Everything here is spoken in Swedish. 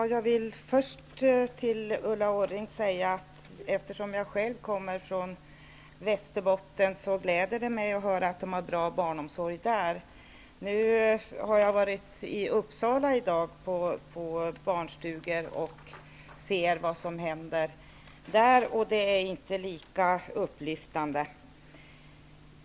Herr talman! Jag kommer själv från Västerbotten, och jag vill säga till Ulla Orring att det gläder mig att de har bra barnomsorg däruppe. Jag har varit i Uppsala i dag på barnstugor och sett vad som händer där. Det är inte lika upplyftande.